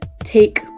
take